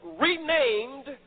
renamed